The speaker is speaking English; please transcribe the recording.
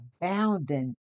abounding